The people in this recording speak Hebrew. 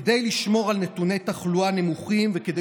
כדי לשמור על נתוני תחלואה נמוכים וכדי